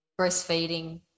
breastfeeding